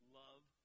love